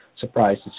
surprised